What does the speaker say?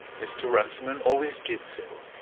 mr. runciman always did so.